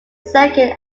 second